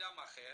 לאדם אחר,